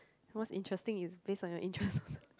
once interesting is based on your interests